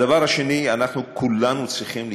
הדבר השני, אנחנו כולנו צריכים לתמוך,